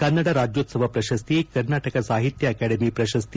ಕನ್ನಡ ರಾಜ್ಯೋತ್ಸವ ಪ್ರಶಸ್ತಿ ಕರ್ನಾಟಕ ಸಾಹಿತ್ಯ ಅಕಾಡೆಮಿ ಪ್ರಶಸ್ತಿ